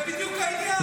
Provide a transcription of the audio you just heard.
זה בדיוק העניין.